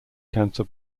cancer